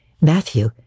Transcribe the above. Matthew